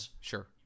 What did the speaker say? Sure